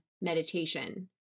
meditation